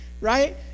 right